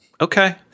okay